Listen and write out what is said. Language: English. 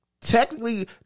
Technically